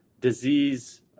disease